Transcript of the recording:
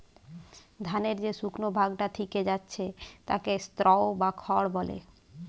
ধানের যে শুকনো ভাগটা থিকে যাচ্ছে তাকে স্ত্রও বা খড় বলে